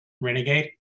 Renegade